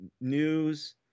news